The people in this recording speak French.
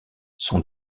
sont